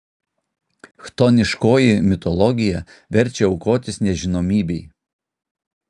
chtoniškoji mitologija verčia aukotis nežinomybei